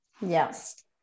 yes